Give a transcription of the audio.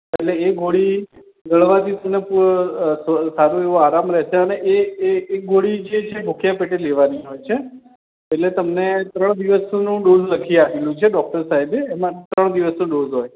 અને એ ગોળી ગળવાથી તમને સારો એવો આરામ રહે છે અને એ એ એ ગોળી જે છે એ ભૂખ્યા પેટે લેવાની હોય છે એટલે તમને ત્રણ દિવસનો ડોઝ લખી આપ્યો છે ડૉક્ટર સાહેબે એમાં ત્રણ દિવસનો ડોઝ હોય